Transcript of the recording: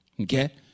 Okay